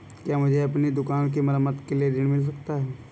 क्या मुझे अपनी दुकान की मरम्मत के लिए ऋण मिल सकता है?